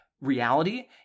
reality